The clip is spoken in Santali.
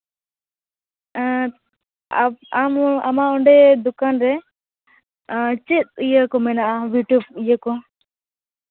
ᱦᱮᱸ ᱟᱨ ᱟᱢ ᱦᱚᱸ ᱟᱢᱟᱜ ᱚᱸᱰᱮ ᱫᱚᱠᱟᱱ ᱨᱮ ᱪᱮᱫ ᱤᱭᱟᱹ ᱠᱚ ᱢᱮᱱᱟᱜᱼᱟ ᱤᱭᱟᱹ ᱠᱚ